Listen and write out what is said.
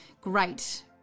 great